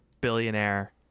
billionaire